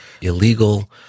illegal